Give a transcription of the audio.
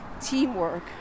teamwork